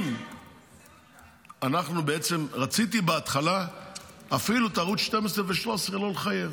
רציתי בהתחלה אפילו לא לחייב